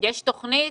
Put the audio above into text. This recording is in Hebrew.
יש תכנית,